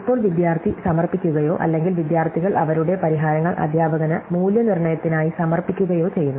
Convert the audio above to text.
ഇപ്പോൾ വിദ്യാർത്ഥി സമർപ്പിക്കുകയോ അല്ലെങ്കിൽ വിദ്യാർത്ഥികൾ അവരുടെ പരിഹാരങ്ങൾ അധ്യാപകന് മൂല്യനിർണ്ണയത്തിനായി സമർപ്പിക്കുകയോ ചെയ്യുന്നു